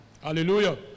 hallelujah